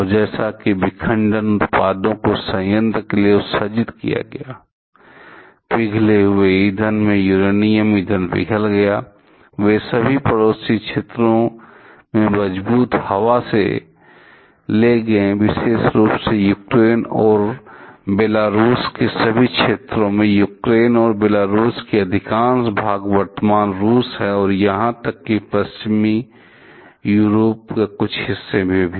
और जैसा कि विखंडन उत्पादों को संयंत्र के लिए उत्सर्जित किया गया था पिघले हुए ईंधन से यूरेनियम ईंधन पिघल गया वे सभी पड़ोसी क्षेत्रों में मजबूत हवा से ले गए विशेष रूप से यूक्रेन और बेलारूस के सभी क्षेत्रों में यूक्रेन और बेलारूस के अधिकांश भाग वर्तमान रूस हैं और यहां तक कि पश्चिमी यूरोप के कुछ हिस्सों में भी